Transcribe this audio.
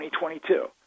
2022